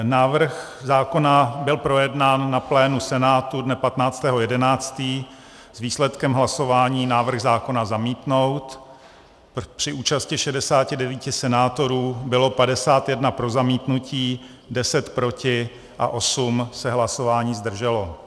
Návrh zákona byl projednán na plénu Senátu dne 15. 11. s výsledkem hlasování: návrh zákona zamítnout při účasti 69 senátorů bylo 51 pro zamítnutí, 10 proti a 8 se hlasování zdrželo.